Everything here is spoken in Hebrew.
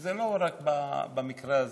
וזה לא רק במקרה הזה,